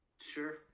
Sure